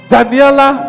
Daniela